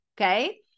Okay